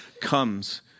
comes